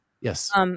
Yes